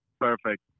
Perfect